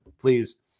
please